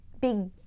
big